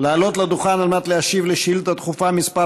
לעלות לדוכן על מנת להשיב על שאילתה דחופה מס'